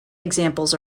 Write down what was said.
examples